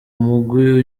mugwi